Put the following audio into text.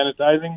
sanitizing